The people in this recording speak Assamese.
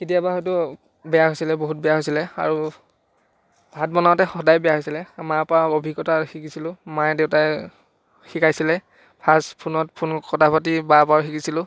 কেতিয়াবা হয়তো বেয়া হৈছিলে বহুত বেয়া হৈছিলে আৰু ভাত বনাওঁতে সদায় বেয়া হৈছিলে মাৰ পৰা অভিজ্ঞতা শিকিছিলোঁ মায়ে দেউতাই শিকাইছিলে ফাৰ্ষ্ট ফোনত ফোন কথা পাতি বাৰ পৰাও শিকিছিলোঁ